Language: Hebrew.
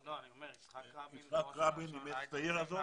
נכון, יצחק רבין אימץ את העיר הזאת.